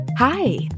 Hi